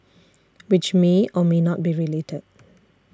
which may or may not be related